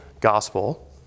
gospel